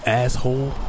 asshole